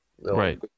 Right